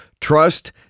Trust